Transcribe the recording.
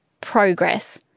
progress